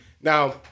Now